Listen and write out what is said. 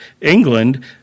England